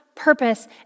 purpose